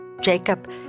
Jacob